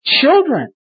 children